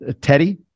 Teddy